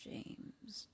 James